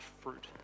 fruit